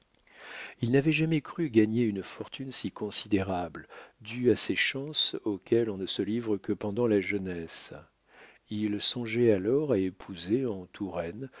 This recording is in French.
il n'avait jamais cru gagner une fortune si considérable due à ces chances auxquelles on ne se livre que pendant la jeunesse il songeait alors à épouser en touraine